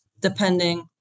depending